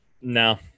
No